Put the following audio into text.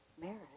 marriage